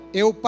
eu